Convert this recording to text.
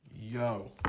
Yo